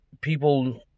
people